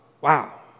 Wow